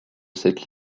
cette